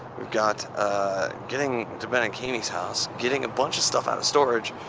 we've got getting to ben and camy's house, getting a bunch of stuff out of storage,